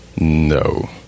No